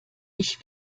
ich